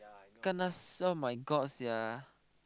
kannasai [oh]-my-god sia